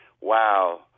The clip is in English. wow